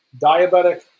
diabetic